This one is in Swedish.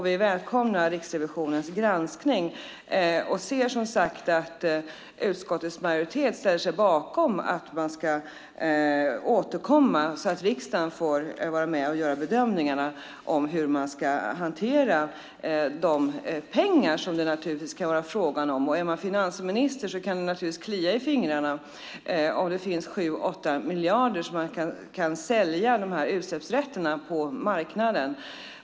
Vi välkomnar Riksrevisionens granskning och ser att utskottets majoritet ställer sig bakom att man ska återkomma så att riksdagen får vara med och göra bedömningarna av hur vi ska hantera de pengar som det naturligtvis kommer att vara fråga om. Är man finansminister kan det klia i fingrarna om det finns 7-8 miljarder som man kan sälja utsläppsrätterna för på marknaden.